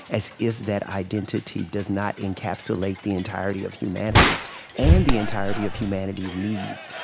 as if that identity does not encapsulate the entirety of humanity and the entirety of humanity's needs.